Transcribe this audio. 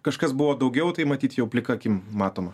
kažkas buvo daugiau tai matyt jau plika akim matom